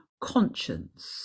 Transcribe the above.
conscience